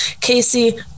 Casey